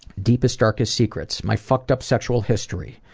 deepest, darkest secrets? my fucked up sexual history.